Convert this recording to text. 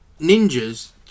Ninja's